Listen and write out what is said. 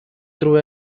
through